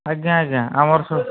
ଆଜ୍ଞା ଆଜ୍ଞା ଆମର ସବୁ